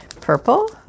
purple